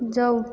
जाऊ